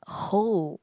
hole